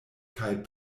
kaj